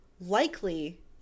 likely